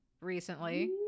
recently